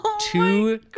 two